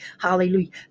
Hallelujah